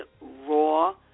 raw